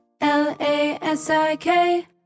L-A-S-I-K